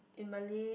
in Malay